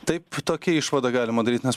taip tokią išvadą galima daryt nes